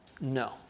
No